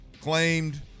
claimed –